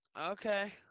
Okay